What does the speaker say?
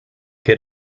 get